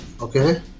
Okay